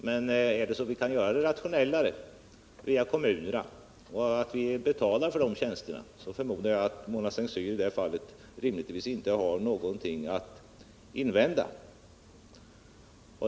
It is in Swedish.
Men om vi kan göra den rationellare via medverkan av kommunerna och betalar dem för deras tjänster, förmodar jag att Mona S:t Cyr rimligtvis inte har något att invända.